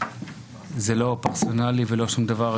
זה לא פרסונלי ולא שום דבר,